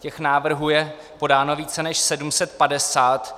Těch návrhů je podáno více než 750.